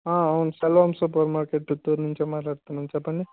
అవును సలోమ్ super market Chittoor నుంచే మాట్లాడుతున్నాం చెప్పండి